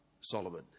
Solomon